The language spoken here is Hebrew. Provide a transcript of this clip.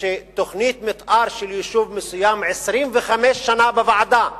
שתוכנית מיתאר של יישוב מסוים נמצאת 25 שנה בוועדה,